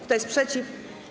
Kto jest przeciw?